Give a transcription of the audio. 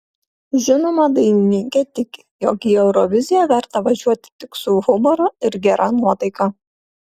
žinoma dainininkė tiki jog į euroviziją verta važiuoti tik su humoru ir gera nuotaika